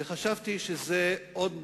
חשבתי שזו עוד